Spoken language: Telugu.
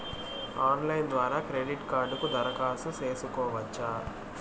ఆన్లైన్ ద్వారా క్రెడిట్ కార్డుకు దరఖాస్తు సేసుకోవచ్చా?